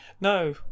No